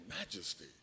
majesty